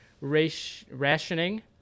rationing